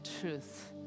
truth